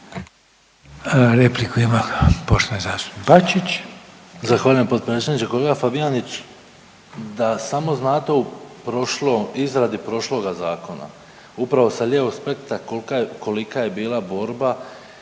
Repliku ima poštovani zastupnik Bačić.